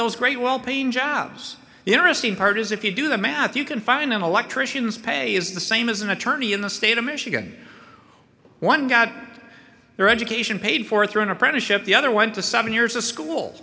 those great well paying jobs the interesting part is if you do the math you can find an electrician's pay is the same as an attorney in the state of michigan one got their education paid for through an apprenticeship the other went to seven years of school